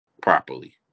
properly